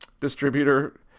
distributor